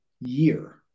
year